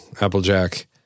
Applejack